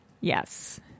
yes